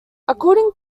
according